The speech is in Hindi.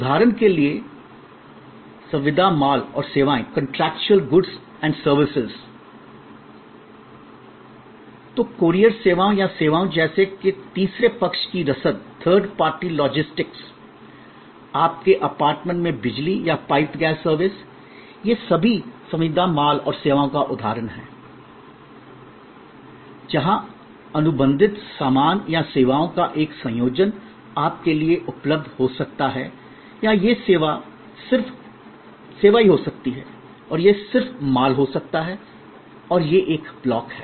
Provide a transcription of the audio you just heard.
उदाहरण के लिए संविदा माल और सेवाएं contractual goods and services contractual goods and services तो कूरियर सेवाओं या सेवाएं जैसे कि तीसरे पक्ष की रसद थर्ड पार्टी लॉजिस्टिक्स आपके अपार्टमेंट में बिजली या पाइप्ड गैस सर्विस ये सभी संविदा माल और सेवाओं का उदाहरण हैं जहां अनुबंधित सामान या सेवाओं का एक संयोजन आपके लिए उपलब्ध हो सकता है या यह सिर्फ सेवा हो सकता है या यह सिर्फ माल हो सकता है और यह एक ब्लॉक है